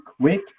quick